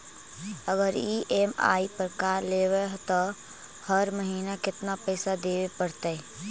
अगर ई.एम.आई पर कार लेबै त हर महिना केतना पैसा देबे पड़तै?